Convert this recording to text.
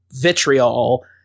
vitriol